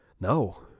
no